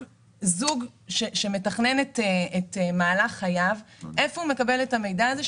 זוג שמתכנן את מהלך חייו איפה הוא מקבל את המידע הזה,